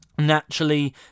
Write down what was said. Naturally